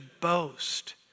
boast